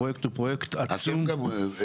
הפרויקט הוא פרויקט עצום -- אתם גם נמצאים